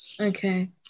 Okay